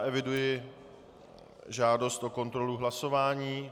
Eviduji žádost o kontrolu hlasování.